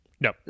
No